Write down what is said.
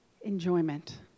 enjoyment